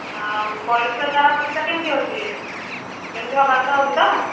ପରିଶ୍ରା ଝାଡ଼ା ପରିଶ୍ରା କେମିତି ହେଉଛି ଯେମିତି ହେବା କଥା ହେଉଛି ତ